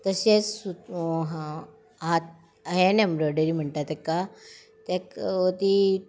तशेंस सूत हा हात हँड एम्ब्रॉयडरी म्हणटा ताका ताका ती